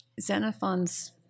Xenophon's